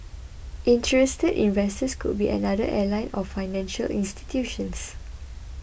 interested investors could be another airline or financial institutions